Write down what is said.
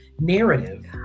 narrative